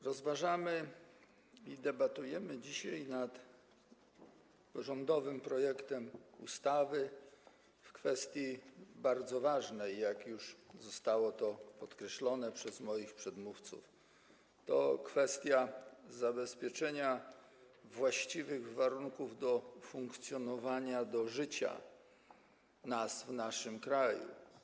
Rozważamy, debatujemy dzisiaj nad rządowym projektem ustawy w kwestii bardzo ważnej, jak już zostało podkreślone przez moich przedmówców, to kwestia zabezpieczenia właściwych warunków funkcjonowania, życia w naszym kraju.